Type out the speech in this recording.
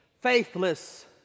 faithless